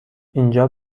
اینجا